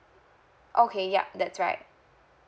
okay yup that's right